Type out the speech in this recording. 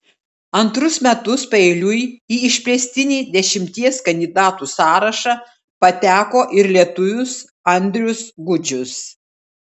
antrus metus paeiliui į išplėstinį dešimties kandidatų sąrašą pateko ir lietuvis andrius gudžius